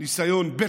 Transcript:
ניסיון ב',